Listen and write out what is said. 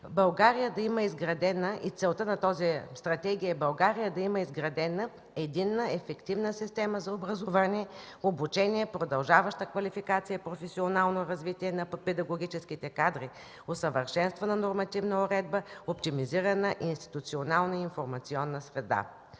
кадри за периода 2014-2020 г. и целта е България да има изградена единна ефективна система за образование, обучение, продължаваща квалификация и професионално развитие на педагогическите кадри, усъвършенстване на нормативна уредба, оптимизирана институционална и информационна среда.